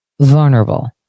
vulnerable